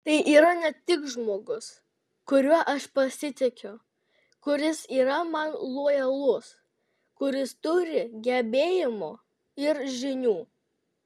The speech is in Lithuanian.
tai yra ne tik žmogus kuriuo aš pasitikiu kuris yra man lojalus kuris turi gebėjimų ir žinių